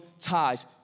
ties